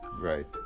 right